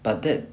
but that